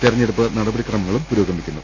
തിരഞ്ഞെടുപ്പു നടപടിക്രമങ്ങളും പുരോഗമിക്കുന്നു